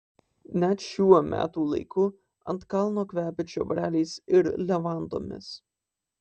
net šiuo metų laiku ant kalno kvepia čiobreliais ir levandomis